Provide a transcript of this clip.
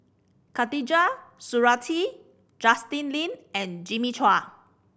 Khatijah Surattee Justin Lean and Jimmy Chua